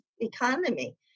economy